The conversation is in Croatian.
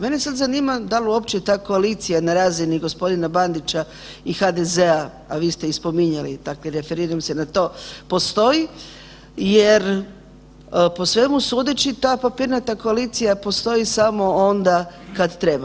Mene sad zanima da li uopće ta koalicija na razini gospodina Bandića i HDZ-a, a vi ste i spominjali dakle, referiram se na to, postoji, jer po svemu sudeći ta papirnata koalicija postoji samo onda kad treba.